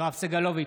יואב סגלוביץ'